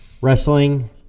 wrestling